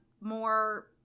more